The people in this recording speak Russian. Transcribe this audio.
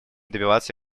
добиваться